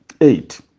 eight